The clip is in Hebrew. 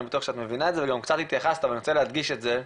אני בטוח שאת מבינה את זה וגם קצת התייחסת אבל אני רוצה להדגיש את זה.